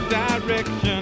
direction